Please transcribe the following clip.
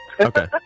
Okay